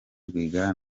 rwigara